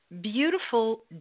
beautiful